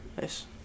Nice